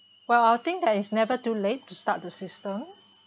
well I think that it's never too late to start the system